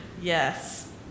Yes